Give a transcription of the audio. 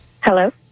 Hello